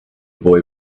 boy